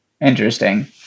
Interesting